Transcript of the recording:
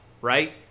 right